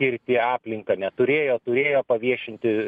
tirti aplinką neturėjo turėjo paviešinti